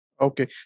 Okay